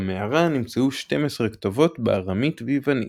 במערה נמצאו שתים עשרה כתובות בארמית ויוונית.